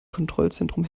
kontrollzentrum